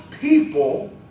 people